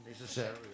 Necessary